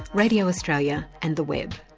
radio australia and the web.